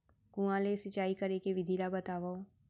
कुआं ले सिंचाई करे के विधि ला बतावव?